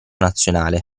nazionale